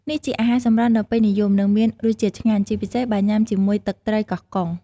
នេះជាអាហារសម្រន់ដ៏ពេញនិយម និងមានរសជាតិឆ្ងាញ់ ជាពិសេសបើញុាំជាមួយទឹកត្រីកោះកុង។